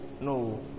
no